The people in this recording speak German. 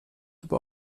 aber